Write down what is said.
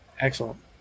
Excellent